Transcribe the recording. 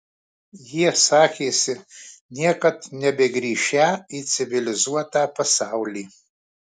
jie sakėsi niekad nebegrįšią į civilizuotą pasaulį